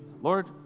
Lord